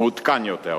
מעודכן יותר.